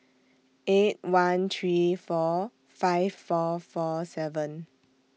eight one three four five four four seven